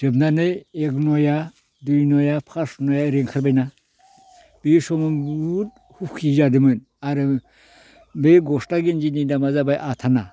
जोबनानै एक न'या दुय न'या फास न'या ओरै ओंखारबायना बि समाव बहुद हुखि जादोमोन आरो बे गस्ला गेनजिनि दामा जाबाय आथाना